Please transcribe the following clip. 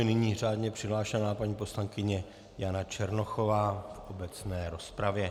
Nyní řádně přihlášená paní poslankyně Jana Černochová v obecné rozpravě.